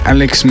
Alex